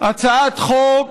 הצעת חוק